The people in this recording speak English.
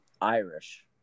Irish